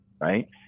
right